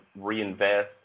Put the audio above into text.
reinvest